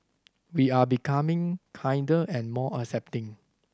we are becoming kinder and more accepting